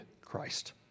Christ